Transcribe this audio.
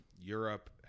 Europe